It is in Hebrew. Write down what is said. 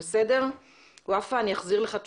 בסדר?" ופאא: "אני אחזיר לך תשובה."